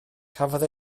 cafodd